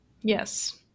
Yes